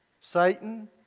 Satan